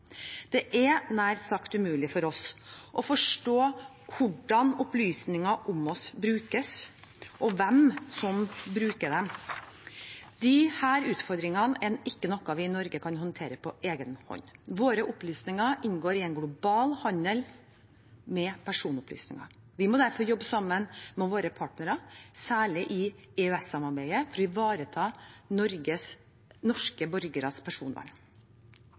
Det er nær sagt umulig for oss å forstå hvordan opplysninger om oss brukes, og hvem som bruker dem. Disse utfordringene er ikke noe vi i Norge kan håndtere på egen hånd. Våre opplysninger inngår i en global handel med personopplysninger. Vi må derfor jobbe sammen med våre partnere, særlig gjennom EØS-samarbeidet, for å ivareta norske borgeres personvern.